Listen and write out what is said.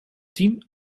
tien